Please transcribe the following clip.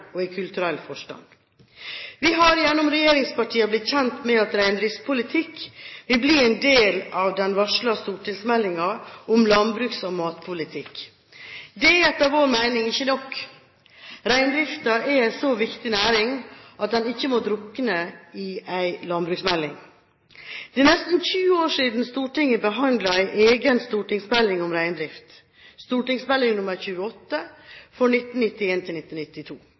økonomisk og kulturell forstand. Vi har gjennom regjeringspartiene blitt kjent med at reindriftspolitikk vil bli en del av den varslede stortingsmeldingen om landbruks- og matpolitikk. Det er etter vår mening ikke nok. Reindriften er en så viktig næring at den ikke må drukne i en landbruksmelding. Det er nesten 20 år siden Stortinget behandlet en egen stortingsmelding om reindrift, St.meld. nr. 28 for